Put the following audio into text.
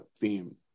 theme